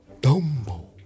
Dumbo